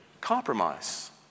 Compromise